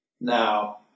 now